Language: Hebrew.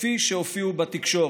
כפי שהופיעו בתקשורת: